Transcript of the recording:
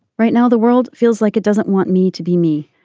right now the world feels like it doesn't want me to be me.